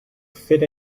fit